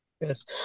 Yes